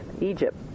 Egypt